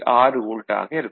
6 volt ஆக இருக்கும்